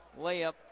Layup